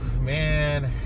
man